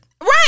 right